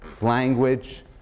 language